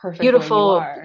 beautiful